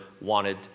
wanted